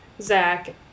Zach